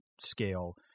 scale